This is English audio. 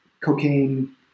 cocaine